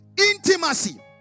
intimacy